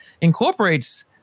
Incorporates